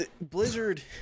Blizzard